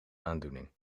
aandoening